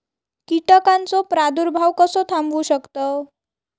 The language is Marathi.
कीटकांचो प्रादुर्भाव कसो थांबवू शकतव?